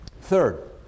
Third